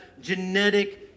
genetic